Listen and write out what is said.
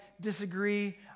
disagree